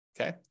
okay